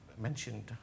mentioned